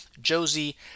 Josie